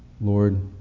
Lord